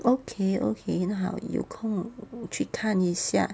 okay okay 那好有空我去看一下